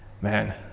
man